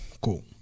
Cool